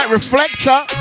reflector